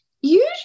Usually